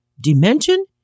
dimension